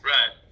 Right